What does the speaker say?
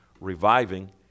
reviving